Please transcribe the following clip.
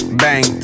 bang